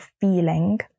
feeling